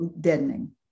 deadening